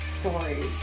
stories